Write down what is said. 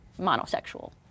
monosexual